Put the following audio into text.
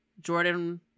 jordan